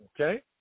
Okay